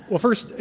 well, first,